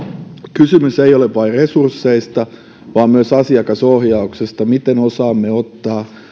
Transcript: kysymys ei ole vain resursseista vaan myös asiakasohjauksesta miten osaamme ottaa